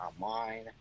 online